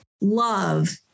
love